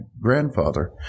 grandfather